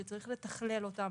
שצריך לתכלל אותם,